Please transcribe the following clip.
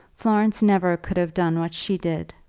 florence never could have done what she did.